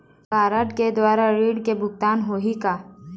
Card के द्वारा ऋण के भुगतान होही का?